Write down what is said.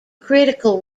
critical